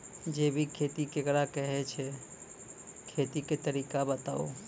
जैबिक खेती केकरा कहैत छै, खेतीक तरीका बताऊ?